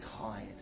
tired